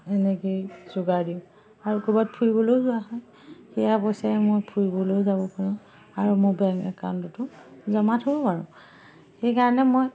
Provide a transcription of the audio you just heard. এনেকেই যোগাৰ দিওঁ আৰু ক'ৰবাত ফুৰিবলৈও যোৱা হয় সেয়া পইচাই মই ফুৰিবলৈও যাব পাৰোঁ আৰু মোৰ বেংক একাউণ্টটোতো জমা থওঁ আৰু সেইকাৰণে মই